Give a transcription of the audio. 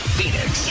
Phoenix